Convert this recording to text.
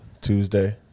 Tuesday